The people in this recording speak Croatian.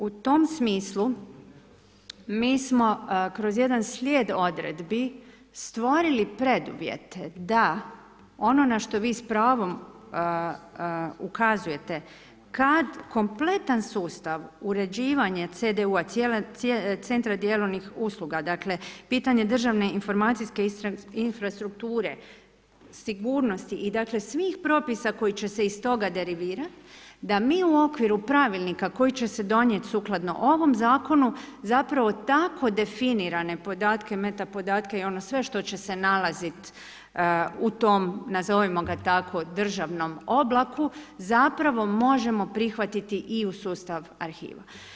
U tom smislu mi smo kroz jedna slijed odredbi stvorili preduvjete da ono na što vi s pravom ukazujete kad kompletan sustav uređivanja CDU-a, Centra dijeljenih usluga dakle pitanje državne informacijske infrastrukture, sigurnost i dakle svih propisa koji će se iz toga derivirati, da mi u okviru pravilnika koji će se donijeti sukladno ovom zakonu, zapravo tako definirane podatke meta podatke i ono sve što će se nalazit u tom nazovimo ga tako državnom oblaku, zapravo možemo prihvatiti i u sustav arhiva.